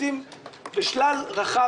לקיצוצים בשלל רחב של מקורות.